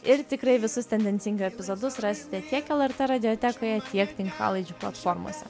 ir tikrai visus tendencingai epizodus rasite tiek lrt radiotekoje tiek tinklalaidžių platformose